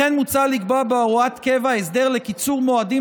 כמו כן מוצע לקבוע בהוראת קבע הסדר לקיצור מועדים